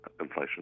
inflation